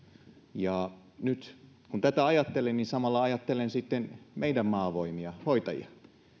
ja nyt kun tätä ajattelen niin samalla ajattelen sitten meidän maavoimiamme hoitajia